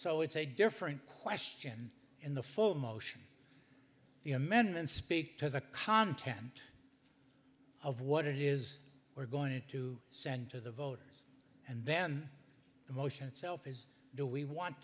so it's a different question in the full motion the amendments speak to the content of what it is we're going to send to the voters and then the motion itself is do we want